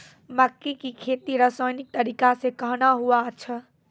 मक्के की खेती रसायनिक तरीका से कहना हुआ छ?